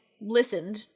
listened